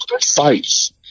fights